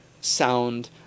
sound